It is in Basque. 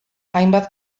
hainbat